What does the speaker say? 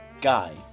guy